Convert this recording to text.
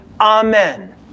Amen